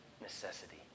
necessity